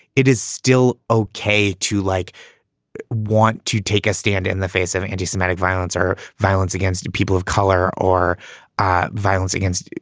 it is still okay to like want to take a stand in the face of anti-semitic violence or violence against people of color or ah violence against,